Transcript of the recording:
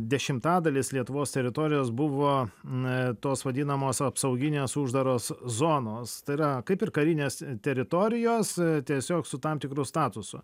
dešimtadalis lietuvos teritorijos buvo e tos vadinamos apsauginės uždaros zonos tai yra kaip ir karinės teritorijos tiesiog su tam tikru statusu